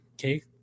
okay